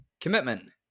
Commitment